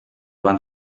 van